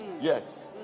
Yes